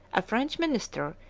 a french minister,